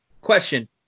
Question